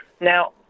Now